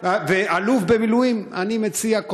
ואלוף במילואים אז אני מציע,